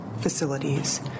facilities